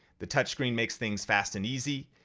the touchscreen makes things fast and easy.